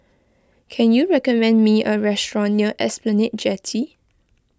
can you recommend me a restaurant near Esplanade Jetty